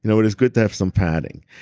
you know, it is good to have some padding.